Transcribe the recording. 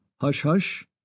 Hush-hush